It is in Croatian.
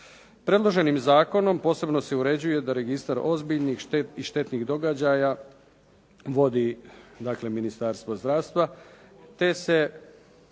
Predloženim zakonom posebno se uređuje da registar ozbiljnih i štetnih događaja vodi dakle Ministarstvo zdravstva te se